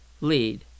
lead